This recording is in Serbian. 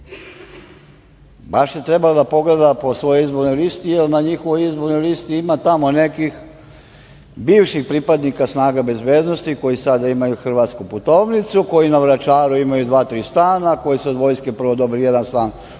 Baš je trebala da pogleda po svojoj izbornoj listi, jer na njihovoj izbornoj listi ima tamo nekih bivših pripadnika snaga bezbednosti koji sada imaju hrvatsku putovnicu, koji na Vračaru imaju dva, tri stana, koji su od Vojske prvo dobili jedan stan od